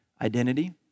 identity